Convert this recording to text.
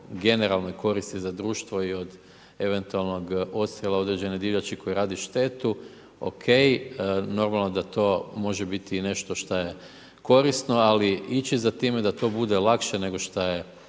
generalnoj koristi za društvo i od eventualnog odstrjela određene divljači koja radi štetu ok. Normalno da to može biti i nešto što je korisno. Ali ići za time da to bude lakše nego što je